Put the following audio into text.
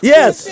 Yes